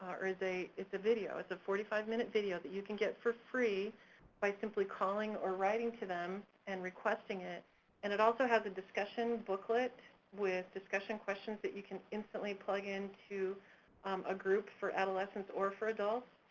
it's a it's a video, it's a forty five minute video that you can get for free by simply calling or writing to them and requesting it and it also has a discussion booklet with discussion questions that you can instantly plug in to um a group for adolescents or for adults.